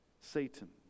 Satan